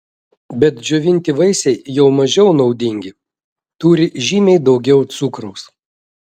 bet džiovinti vaisiai jau mažiau naudingi turi žymiai daugiau cukraus